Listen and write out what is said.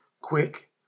quick